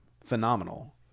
Phenomenal